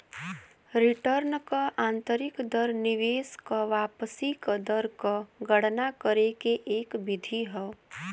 return क आंतरिक दर निवेश क वापसी क दर क गणना करे के एक विधि हौ